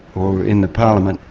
or in the parliament.